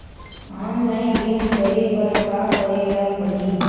Online ऋण करे बर का करे ल पड़हि?